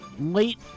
Late